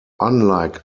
unlike